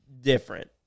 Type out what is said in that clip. different